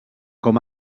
com